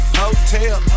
hotel